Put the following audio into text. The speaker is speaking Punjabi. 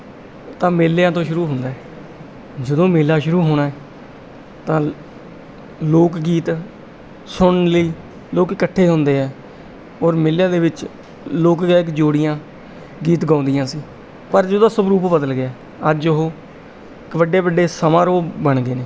ਤਾਂ ਮੇਲਿਆਂ ਤੋਂ ਸ਼ੁਰੂ ਹੁੰਦਾ ਜਦੋਂ ਮੇਲਾ ਸ਼ੁਰੂ ਹੋਣਾ ਤਾਂ ਲੋਕ ਗੀਤ ਸੁਣਨ ਲਈ ਲੋਕ ਇਕੱਠੇ ਹੁੰਦੇ ਹੈ ਔਰ ਮੇਲਿਆਂ ਦੇ ਵਿੱਚ ਲੋਕ ਗਾਇਕ ਜੋੜੀਆਂ ਗੀਤ ਗਾਉਂਦੀਆਂ ਸੀ ਪਰ ਜਦੋਂ ਸਵਰੂਪ ਬਦਲ ਗਿਆ ਅੱਜ ਉਹ ਕ ਵੱਡੇ ਵੱਡੇ ਸਮਾਰੋਹ ਬਣ ਗਏ ਨੇ